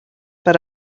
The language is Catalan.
per